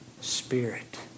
spirit